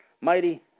Mighty